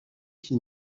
qui